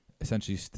essentially